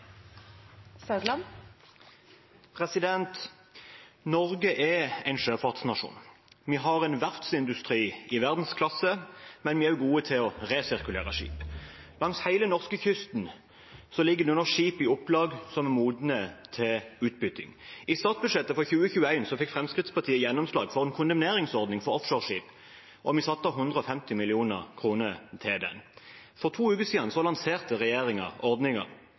Norge er en sjøfartsnasjon. Vi har en verftsindustri i verdensklasse, men vi er også gode til å resirkulere skip. Langs hele norskekysten ligger det nå skip i opplag som er modne for utbytting. I statsbudsjettet for 2021 fikk Fremskrittspartiet gjennomslag for en kondemneringsordning for offshoreskip, og vi satte av 150 mill. kr til den. For to uker siden lanserte